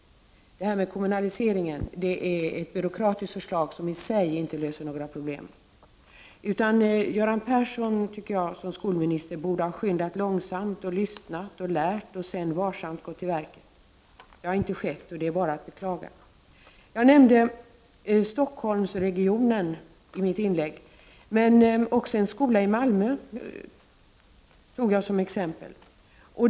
Det här med kommunaliseringen är ett byråkratiskt förslag som i sig inte löser några problem. Göran Persson som skolminister borde ha skyndat långsamt, lyssnat och lärt och sedan varsamt gått till verket. Det har inte skett, och det är bara att beklaga. Jag nämnde Stockholmsregionen i mitt tidigare inlägg, men också en skola i Malmö tog jag som exempel.